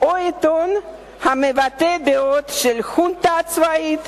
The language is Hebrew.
או עיתון המבטא דעות של חונטה צבאית